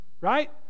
right